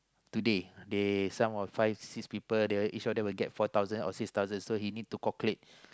today they some of five six people they each of them will get four thousand or six thousand so he need to calculate